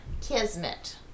Kismet